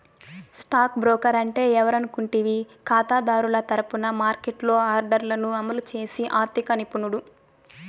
stock broker అంటే ఎవరనుకుంటివి కాతాదారుల తరపున మార్కెట్లో ఆర్డర్లను అమలు చేసి ఆర్థిక నిపుణుడు